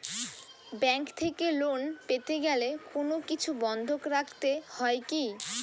Bank থেকে loan পেতে গেলে কোনো কিছু বন্ধক রাখতে হয় কি?